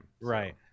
right